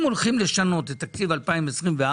אם הולכים לשנות את תקציב 2024,